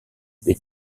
been